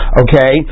okay